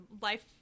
life